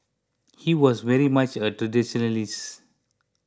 he was very much a traditionalist